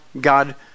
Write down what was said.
God